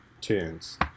tunes